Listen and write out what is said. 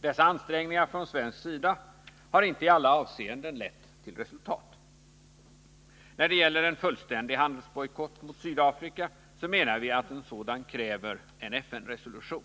Dessa ansträngningar från svensk sida har inte i alla avseenden lett till resultat. När det gäller en fullständig handelsbojkott mot Sydafrika menar vi att en sådan kräver en FN-resolution.